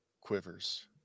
Quivers